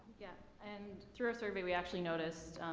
yeah, and through our survey, we actually noticed,